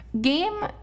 Game